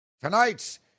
Tonight's